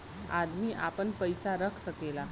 अदमी आपन पइसा रख सकेला